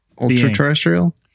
Ultra-terrestrial